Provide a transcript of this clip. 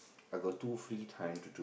I got two free time